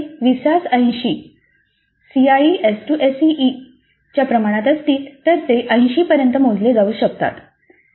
जर ते 2080 च्या प्रमाणात असतील तर ते 80 पर्यंत मोजले जाऊ शकतात